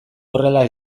horrela